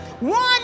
One